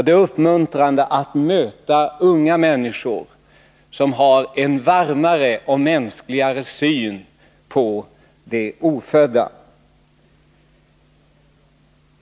Det är uppmuntrande att möta unga människor som har en varmare och mänskligare syn på de ofödda.